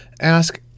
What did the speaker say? ask